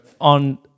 on